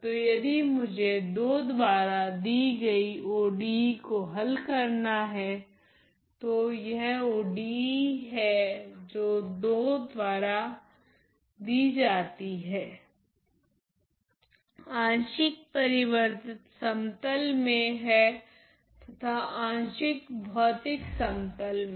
तो यदि मुझे II द्वारा दी गई ODE को हल करना है तो यह ODE है जो 2 द्वारा दी जाती है आंशिक परिवर्तित समतल में है तथा आंशिक भौतिक समतल में